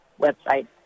website